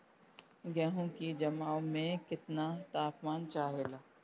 गेहू की जमाव में केतना तापमान चाहेला?